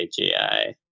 AGI